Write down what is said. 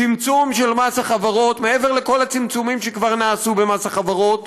צמצום של מס החברות מעבר לכל הצמצומים שכבר נעשו במס החברות,